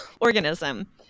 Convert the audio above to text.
organism